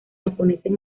japoneses